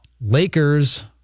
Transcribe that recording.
Lakers